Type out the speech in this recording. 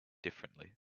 differently